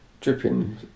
dripping